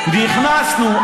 נכנסנו,